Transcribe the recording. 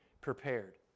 prepared